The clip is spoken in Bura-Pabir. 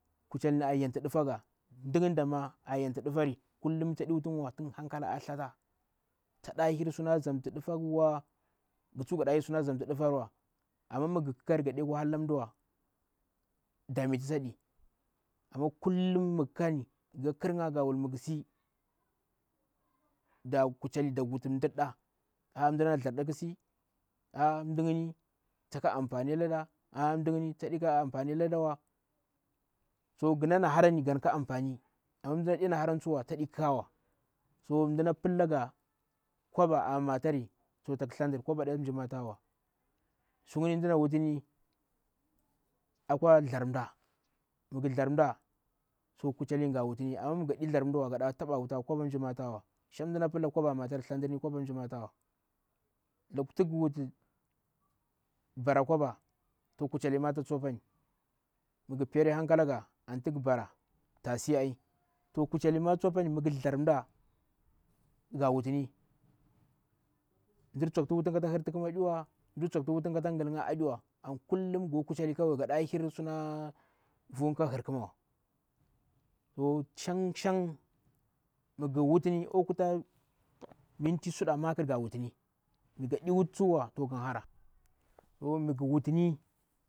Kuchelli ni yanti nɗufa gha mda mgni da mda kuchillini aa yanti nɗu fari, kullum mi taɗe wuti ngha wa tun hankala aah tsthahc taɗahir suna zamta nɗufagwa ghu tsuwa gaɗahir suna zamtu nɗu farwa. Amma mighu khi lam gade kwa halla mdawa. Dame tisi aɗi. Amma kullum mighu khikari ka kwa halla mmsjii ghu kani gawuti mighu sii da kuchelli dawuti mdur ɗaa. Mda nanaa thsdjar ɗaa khisie aah mda ngni taka amfani alada aah mila ngni taɗe ka an faniwa. So ghu nanaa harani gaka anfani amma mda na ɗena harawa taɗe kwa so mda na pillahga kəɓa a matari to taghi thsandr koba neta mshjii matarwa kuma mda nawutini akwa thzdjar mda. Mighu thzgar mɗa to gawutini amma mi gha ɗa thzdjar mduwa gana wutawa koba ɗena mi mshjii matawa. shang mda na pillaga koba aah matuni stthandrinni koba mshjii matawa. Laƙu ti ghsida bara kwaba. Kucheli tsama to tsobanni. Mighu peri hankalaga antu ghi bara tasie an. To kuchelli maa ta tsopani mighu thzdjar mda ga wutini mɗur tsokti wutgha kata hirtu kma aɗiwa mdur tsokti wuti gha kata ghilnga adiwa. An kullum god kuchelli ka wayhi. Gaɗahir suna vughak hurkmawa. goa shang shang mighu mutini akwa mmti suɗa, makr gah wutini migha ɗimitiwa to gan hara to mugu wutni.